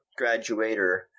graduator